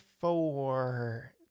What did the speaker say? four